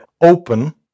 open